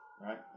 right